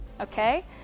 okay